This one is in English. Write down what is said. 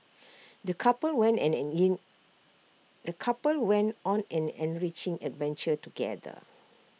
the couple went an an in the couple went on an enriching adventure together